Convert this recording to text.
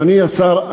אדוני השר,